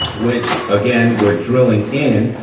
which again we're drilling in,